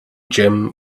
gem